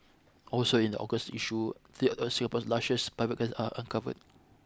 also in the August issue three of Singapore's lushest private are uncovered